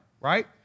right